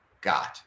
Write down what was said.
got